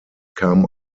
kam